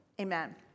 Amen